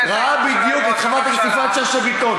חברת הכנסת שאשא ביטון,